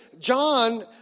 John